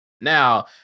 now